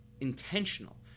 intentional